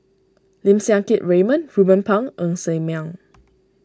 Lim Siang Keat Raymond Ruben Pang Ng Ser Miang